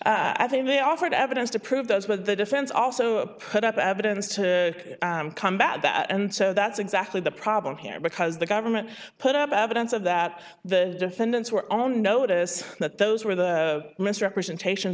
things i think they offered evidence to prove those with the defense also put up evidence to combat that and so that's exactly the problem here because the government put up evidence of that the defendants were on notice that those were the misrepresentation